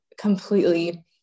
completely